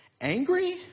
angry